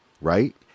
Right